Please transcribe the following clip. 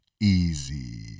easy